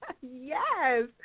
Yes